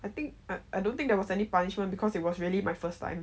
I think I don't think there was any punishment because it was really my first time